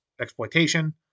exploitation